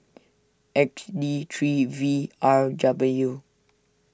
X D three V R W